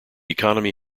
economy